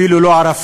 אפילו לא ערפל.